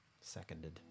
Seconded